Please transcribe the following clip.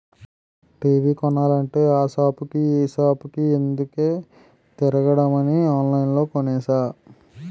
TV కొనాలంటే ఆ సాపుకి ఈ సాపుకి ఎందుకే తిరగడమని ఆన్లైన్లో కొనేసా